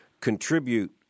contribute